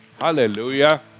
Hallelujah